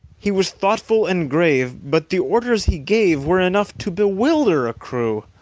he was thoughtful and grave but the orders he gave were enough to bewilder a crew.